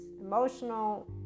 emotional